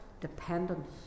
dependence